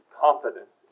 confidence